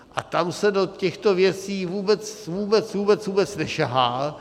A tam se do těchto věcí vůbec, vůbec, vůbec, vůbec nesahá.